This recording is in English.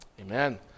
Amen